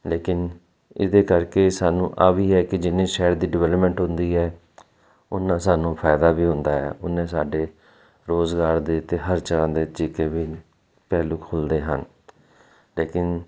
ਲੇਕਿਨ ਇਹਦੇ ਕਰਕੇ ਸਾਨੂੰ ਆ ਵੀ ਹੈ ਕਿ ਜਿੰਨੇ ਸ਼ਹਿਰ ਦੀ ਡਿਵੈਲਪਮੈਂਟ ਹੁੰਦੀ ਹੈ ਉਹਨਾਂ ਸਾਨੂੰ ਫ਼ਾਇਦਾ ਵੀ ਹੁੰਦਾ ਹੈ ਉੰਨੇ ਸਾਡੇ ਰੋਜ਼ਗਾਰ ਦੇ ਅਤੇ ਹਰ ਤਰ੍ਹਾਂ ਦੇ ਤਰੀਕੇ ਵੀ ਪਹਿਲੂ ਖੁਲ੍ਹਦੇ ਹਨ ਲੇਕਿਨ